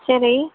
சரி